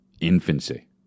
infancy